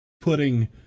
putting